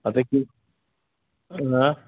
ಅದಕ್ಕೆ ನೀವು ಹಾಂ